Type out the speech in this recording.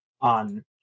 on